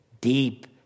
deep